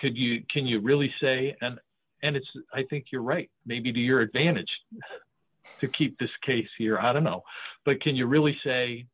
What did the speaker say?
could you can you really say and and it's i think you're right maybe to your advantage to keep this case here i don't know but can you really say